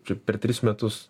čia per tris metus